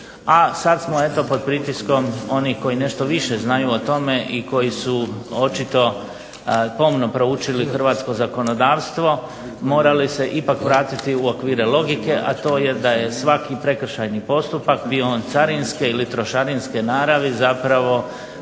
a sad smo eto pod pritiskom onih koji nešto više znaju o tome i koji su očito pomno proučili hrvatsko zakonodavstvo, morali se ipak vratiti u okvire logike, a to je da je svaki prekršajni postupak, bio on carinske ili trošarinske naravi, zapravo